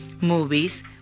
movies